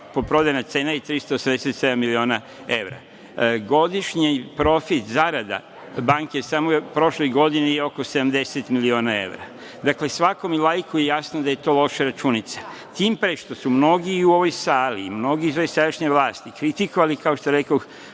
kupoprodajna cena je 387 miliona evra. Godišnji profit, zarada banke samo je prošle godine bio oko 70 miliona evra. Dakle, svakom laiku je jasno da je to loša računica. Tim pre što su mnogi u ovoj sali, mnogi iz ove sadašnje vlasti kritikovali, kao što rekoh,